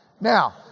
Now